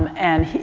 and,